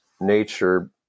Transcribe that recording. nature